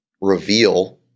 reveal